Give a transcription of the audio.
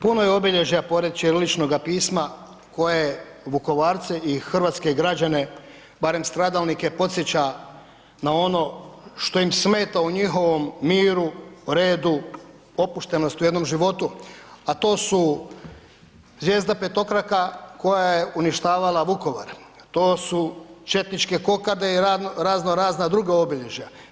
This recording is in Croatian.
Puno je obilježja pored ćiriličnoga pisma koje Vukovarce i hrvatske građane barem stradalnike podsjeća na ono što im smeta u njihovom miru, redu, opuštenosti u jednom životu a to su zvijezda petokraka koja je uništavala Vukovar, to su četničke kokarde i raznorazna druga obilježja.